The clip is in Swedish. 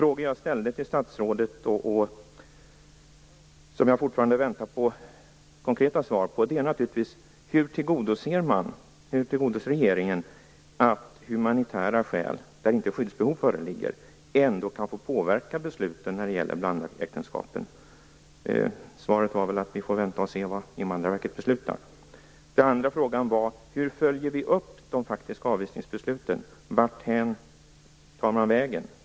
Jag ställde några frågor till statsrådet, och jag väntar fortfarande på konkreta svar på dem: Hur tillgodoser regeringen att humanitära skäl, där inte skyddsbehov föreligger, ändå kan få påverka besluten när det gäller blandäktenskapen? Statsrådets svar var väl att vi får vänta och se vad Invandrarverket beslutar. Min andra fråga var: Hur följer vi upp de faktiska avvisningsbesluten? Varthän tar dessa människor vägen?